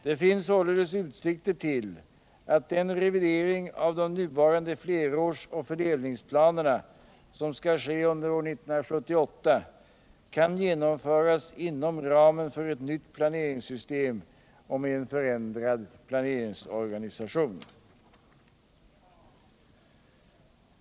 Det finns således utsikter till att den revidering av de nuvarande flerårsoch fördelningsplanerna, som skall ske under år 1978, kan genomföras inom ramen för ett nytt planeringssystem och med en förändrad planeringsorganisation.